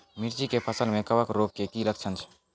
मिर्ची के फसल मे कवक रोग के की लक्छण छै?